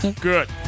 Good